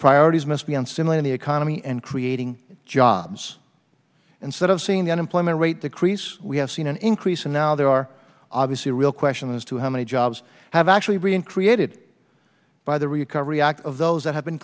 priorities must be on simelane the economy and create jobs instead of seeing the unemployment rate decrease we have seen an increase and now there are obviously real question as to how many jobs have actually been created by the recovery act of those that have been